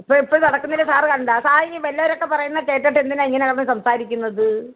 ഇപ്പോൾ ഇപ്പോൾ നടക്കുന്നില്ല സാർ കണ്ടോ സാർ ഇനി വല്ലവരും ഒക്കെ പറയുന്നത് കേട്ടിട്ട് എന്തിനാണ് ഇങ്ങനെ കിടന്ന് സംസാരിക്കുന്നത്